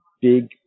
big